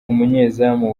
umunyezamu